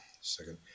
Second